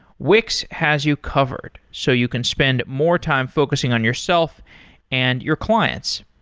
wix has you covered, so you can spend more time focusing on yourself and your clients.